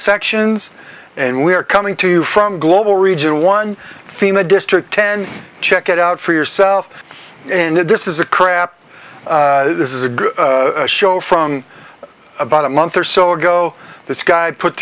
sections and we're coming to you from global region one theme the district ten check it out for yourself and this is a crap this is a good show from about a month or so ago this guy put